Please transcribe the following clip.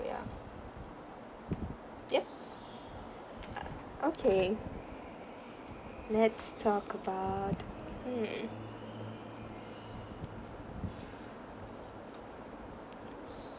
so ya yup uh okay let's talk about hmm